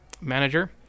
manager